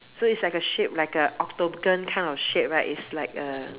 so is like a shape like a octagon kind of shape right is like uh